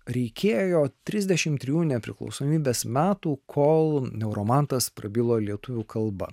reikėjo jo trisdešimt trijų nepriklausomybės metų kol neuromantas prabilo lietuvių kalba